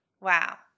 Wow